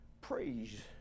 praise